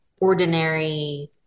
ordinary